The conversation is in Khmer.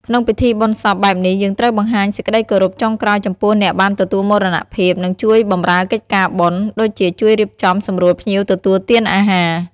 ក្នុងពិធីបុណ្យសពបែបនេះ យើងត្រូវបង្ហាញសេចក្ដីគោរពចុងក្រោយចំពោះអ្នកបានទទួលមរណភាព និងជួយបម្រើកិច្ចការបុណ្យ ដូចជាជួយរៀបចំសម្រួលភ្ញៀវទទួលទានអាហារ។